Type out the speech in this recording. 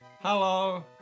Hello